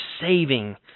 saving